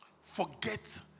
forget